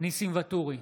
ניסים ואטורי,